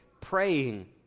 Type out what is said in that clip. praying